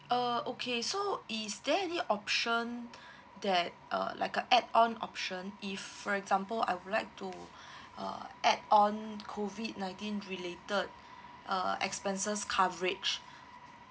uh okay so is there any option that uh like a add on option if for example I would like to uh add on COVID nineteen related uh expenses coverage